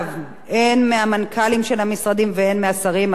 הן מהמנכ"לים של המשרדים והן מהשרים עצמם,